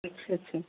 अच्छा अच्छा